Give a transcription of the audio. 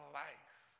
life